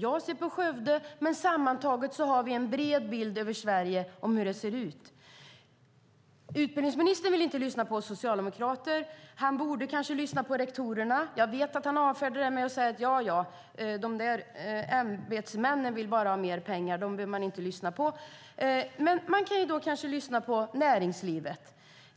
Jag ser på Skövde, men sammantaget har vi en bred bild av hur det ser ut i Sverige. Utbildningsministern vill inte lyssna på oss socialdemokrater. Han borde kanske lyssna på rektorerna. Jag vet att han avfärdar det hela med att säga: Ja, ja, de där ämbetsmännen vill bara ha mer pengar. Dem behöver man inte lyssna på. Men han kan kanske lyssna på näringslivet